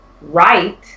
right